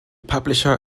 publisher